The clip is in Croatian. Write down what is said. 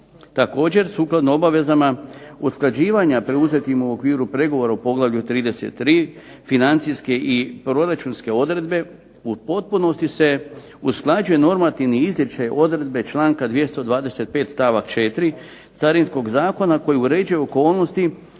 Također sukladno obavezama, usklađivanja preuzetim u okviru pregovora u poglavlju 33. financijske i proračunske odredbe u potpunosti se usklađuje normativni izričaj odredbe članka 225. stavak 4. carinskog zakona koji uređuje okolnosti